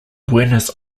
buenos